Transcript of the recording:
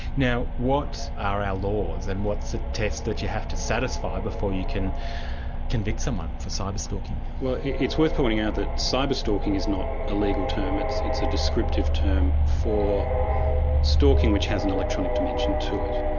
now what are our laws, and what's the test that you have to satisfy before you can convict someone for cyber stalking? well it's worth pointing out that cyber stalking is not a legal term, it's it's a descriptive term for stalking which has an electronic dimension to it.